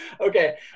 Okay